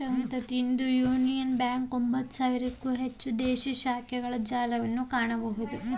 ಇಂದು union bank ಒಂಭತ್ತು ಸಾವಿರಕ್ಕೂ ಹೆಚ್ಚು ದೇಶೇ ಶಾಖೆಗಳ ಜಾಲವನ್ನ ಹೊಂದಿಇರ್ತೆತಿ